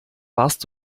warst